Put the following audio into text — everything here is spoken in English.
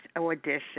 audition